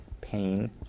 pain